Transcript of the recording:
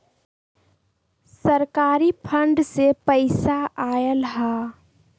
सरकारी फंड से पईसा आयल ह?